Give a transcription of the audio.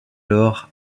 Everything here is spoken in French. alors